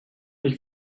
mich